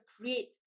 create